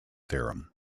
theorem